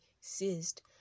ceased